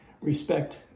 respect